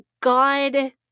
God